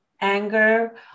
anger